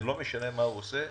ולא משנה מה הוא עושה,